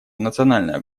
национальная